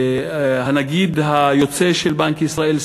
הנגיד היוצא של בנק ישראל,